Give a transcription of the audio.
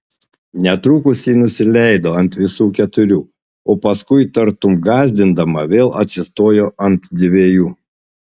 netrukus ji nusileido ant visų keturių o paskui tartum gąsdindama vėl atsistojo ant dviejų